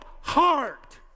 heart